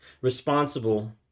responsible